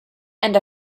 and